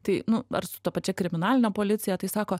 tai nu ar su ta pačia kriminaline policija tai sako